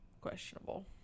Questionable